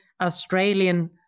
Australian